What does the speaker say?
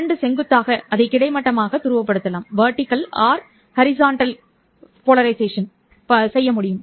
இரண்டு செங்குத்தாக அதை கிடைமட்டமாக துருவப்படுத்தலாம் அல்லது செங்குத்தாக துருவப்படுத்தலாம்